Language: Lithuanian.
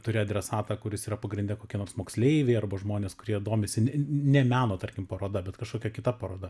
turi adresatą kuris yra pagrinde kokie nors moksleiviai arba žmonės kurie domisi ne meno tarkim paroda bet kažkokia kita paroda